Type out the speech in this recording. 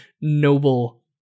noble